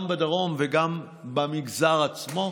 גם בדרום וגם במגזר עצמו.